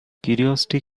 curiosity